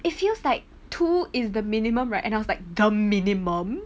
it feels like two is the minimum right and I was like the minimum